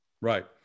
Right